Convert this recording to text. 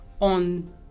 on